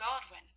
Godwin